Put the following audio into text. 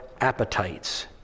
appetites